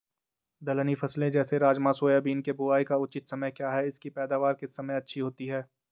दलहनी फसलें जैसे राजमा सोयाबीन के बुआई का उचित समय क्या है इसकी पैदावार किस समय अच्छी होती है?